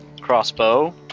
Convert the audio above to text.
crossbow